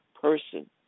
person